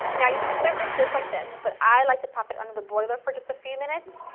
now you can serve this just like this but i like to pop it under the broiler for just a few minutes.